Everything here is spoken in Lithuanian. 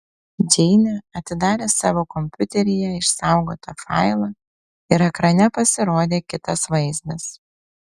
džeinė atidarė savo kompiuteryje išsaugotą failą ir ekrane pasirodė kitas vaizdas